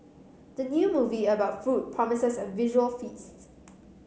the new movie about food promises a visual feasts